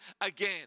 again